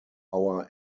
our